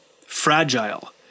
fragile